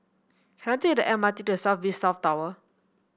can I take the M R T to South Beach South Tower